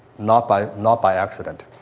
not by not by accident.